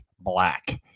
black